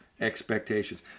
expectations